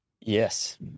yes